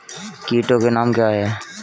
कीटों के नाम क्या हैं?